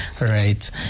right